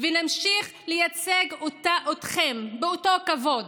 ונמשיך לייצג אתכם באותו כבוד,